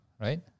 Right